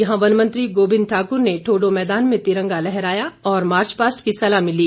यहां वन मंत्री गोबिंद ठाकुर ने ठोडो मैदान में तिरंगा लहराया और मार्चपास्ट की सलामी ली